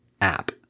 app